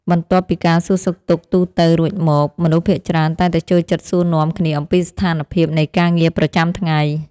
បន្ទាប់ពីការសួរសុខទុក្ខទូទៅរួចមក មនុស្សភាគច្រើនតែងតែចូលចិត្តសួរនាំគ្នាអំពីស្ថានភាពនៃការងារប្រចាំថ្ងៃ។